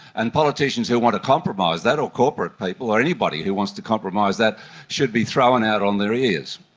and politicians who want to compromise that or corporate people or anybody who wants to compromise that should be thrown out on their ears.